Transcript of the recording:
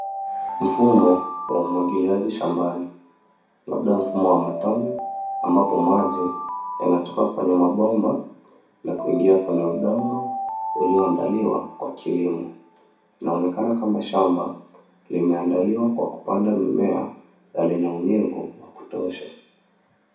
Mfumo wa umwagiliaji shambani, labda mfumo wa matone ambapo maji, yanatoka kwenye mabomba na kuingia kwenye udongo ulioandaliwa kwa kilimo. Inaonekana kama shamba limeandaliwa kwa kupanda mimea na lina unyevu wa kutosha.